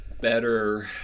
better